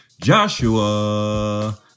Joshua